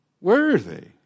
worthy